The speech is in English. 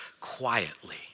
quietly